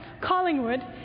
Collingwood